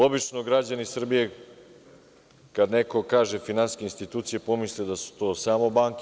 Obično građani Srbije, kada neko kaže finansijske institucije pomisle da su to samo banke.